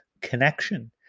connection